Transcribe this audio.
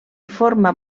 forma